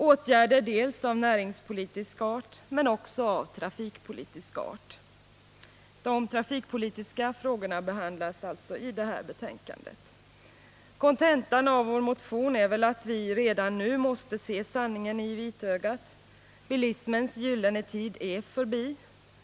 Det är åtgärder av näringspolitisk art, men också av trafikpolitisk sådan. De trafikpolitiska frågorna behandlas alltså i det här betänkandet. Kontentan av motionen är att vi redan nu måste se sanningen i vitögat — bilismens gyllene tid är förbi.